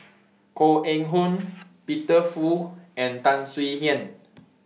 Koh Eng Hoon Peter Fu and Tan Swie Hian